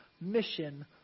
mission